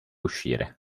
uscire